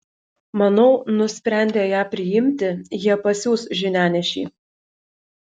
manau nusprendę ją priimti jie pasiųs žinianešį